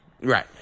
Right